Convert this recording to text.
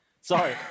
Sorry